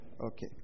Okay